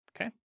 okay